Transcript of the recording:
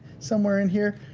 somewhere in here,